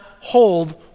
hold